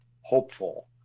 hopeful